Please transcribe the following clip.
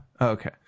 Okay